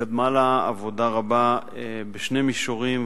קדמה לה עבודה רבה בשני מישורים.